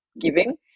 giving